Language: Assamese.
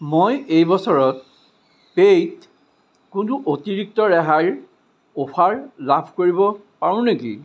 মই এই বছৰত পেয়ত কোনো অতিৰিক্ত ৰেহাইৰ অফাৰ লাভ কৰিব পাৰোঁ নেকি